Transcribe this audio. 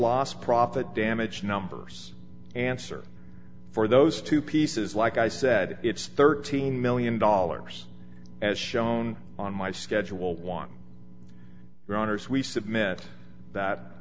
last profit damage numbers answer for those two pieces like i said it's thirteen million dollars as shown on my schedule one runners we submit that